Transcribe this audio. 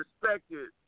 respected